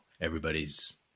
everybody's